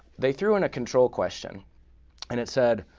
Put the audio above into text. they threw in a control question and it said,